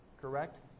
correct